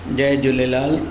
Jay Jhulelal